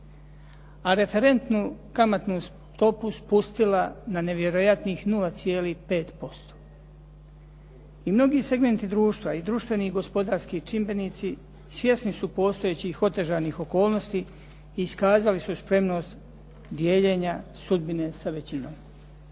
a referentnu kamatnu stopu spustila na nevjerojatnih 0,5%. I mnogi segmenti društva i društveni gospodarski čimbenici svjesni su postojećih otežanih okolnosti i iskazali su spremnost dijeljenja sudbine sa većinom.